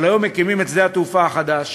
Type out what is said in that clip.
אבל היום מקימים את שדה התעופה החדש,